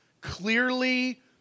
clearly